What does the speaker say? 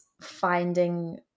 finding